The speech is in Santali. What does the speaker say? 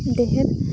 ᱰᱷᱮᱹᱨ